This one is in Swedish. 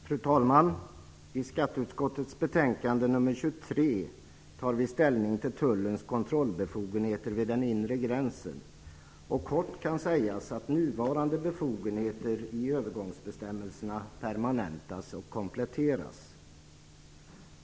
Fru talman! I skatteutskottets betänkande nr 23 tar vi ställning till tullens kontrollbefogenheter vid den inre gränsen. Kort kan sägas att nuvarande befogenheter i övergångsbestämmelserna permanentas och kompletteras.